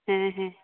ᱦᱮᱸ ᱦᱮᱸ